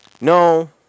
No